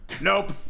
Nope